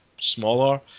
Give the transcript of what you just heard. smaller